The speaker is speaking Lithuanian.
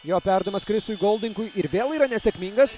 jo perdavimas krisiui goldingui ir vėl yra nesėkmingas